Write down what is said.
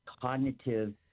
cognitive